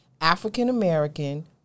African-American